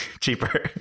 cheaper